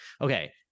okay